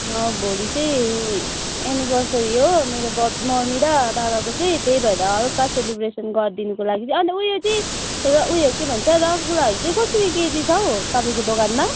भोलि चाहिँ एनिभर्सरी हो मेरो मम्मी र बाबाको चाहिँ त्यही भएर हल्का सेलिब्रेसन गरिदिनुको लागि चाहिँ अन्त उयो चाहिँ उयो के भन्छ रसगुल्लाहरू चाहिँ कसरी केजी छ हौ तपाईँको दोकानमा